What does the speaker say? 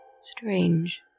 Strange